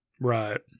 Right